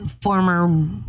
former